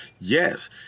Yes